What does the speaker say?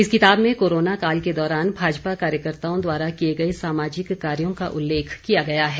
इस किताब में कोरोना काल के दौरान भाजपा कार्यकर्ताओं द्वारा किए गए सामाजिक कार्यों का उल्लेख किया गया है